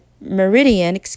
Meridian